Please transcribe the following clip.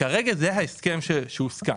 כרגע זה ההסכם שהוסכם.